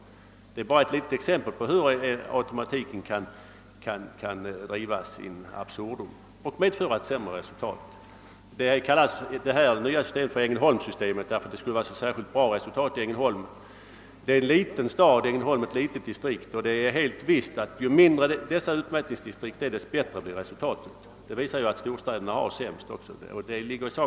Detta är bara ett exempel på hur automatiken kan drivas in absurdum och medföra ett sämre resultat. Det nya systemet kallas för Ängelholmssystemet därför att resultaten av det : skulle vara särskilt goda just i Ängelholms distrikt. Detta är ett litet distrikt, och det är otvivelaktigt så att resultaten blir bättre ju mindre utmätningsdistrikten är. Det ligger också i sakens natur att förhållandena är sämst i storstäderna.